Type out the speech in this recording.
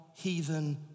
heathen